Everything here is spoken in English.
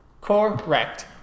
Correct